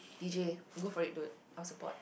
D_J go for it dude I'll support